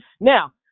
Now